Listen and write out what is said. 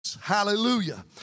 Hallelujah